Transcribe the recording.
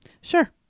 sure